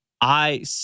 I-